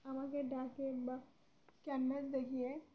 আমাকে ডাকে বা ক্যানভাস দেখিয়ে